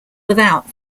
without